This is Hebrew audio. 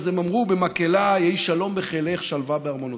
אז הם אמרו במקהלה: "יהי שלום בחילך שלוה בארמנותיך".